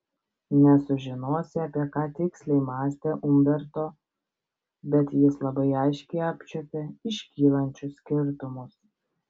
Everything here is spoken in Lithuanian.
nesužinosi apie ką tiksliai mąstė umberto bet jis labai aiškiai apčiuopė iškylančius skirtumus